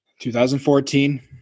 2014